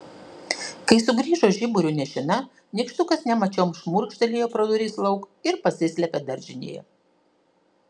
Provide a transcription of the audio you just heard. kai sugrįžo žiburiu nešina nykštukas nemačiom šmurkštelėjo pro duris lauk ir pasislėpė daržinėje